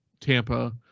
Tampa